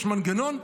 יש מנגנון,